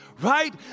Right